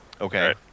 Okay